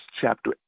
chapter